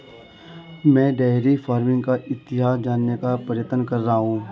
मैं dairy farming का इतिहास जानने का प्रयत्न कर रहा हूं